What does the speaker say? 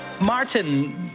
Martin